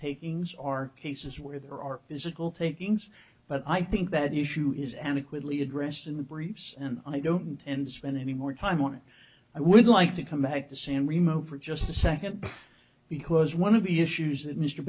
takings are cases where there are physical takings but i think that issue is and of quickly addressed in the briefs and i don't intend spend any more time on it i would like to come back to san remote for just a second because one of the issues that mr